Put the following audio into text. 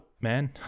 Man